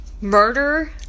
murder